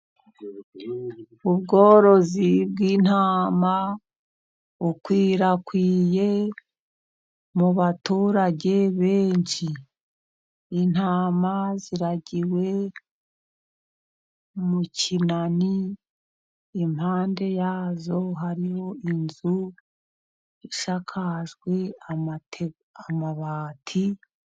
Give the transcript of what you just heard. Ubworozi bw'intama bukwirakwiye mu baturage benshi. Intama ziragiwe mu kinani, impande ya zo hari inzu isakajwe amabati.